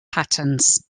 patterns